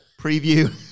preview